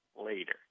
later